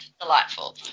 Delightful